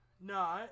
No